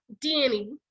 Danny